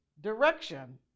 direction